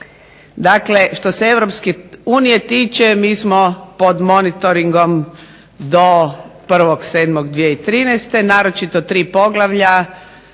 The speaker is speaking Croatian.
Dakle, što se EU tiče mi smo pod monitoringom do 1.7.2013. naročito tri poglavlja